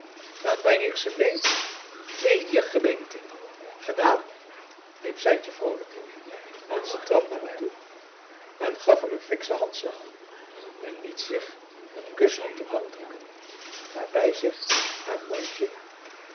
maar breng ik ze mee wee je gebeente gedaan riep sijtje vroolijk en zij trad naar hem toe en gaf hem een fikschen handslag en liet zich een kus op de wang drukken waarbij zich haar mondje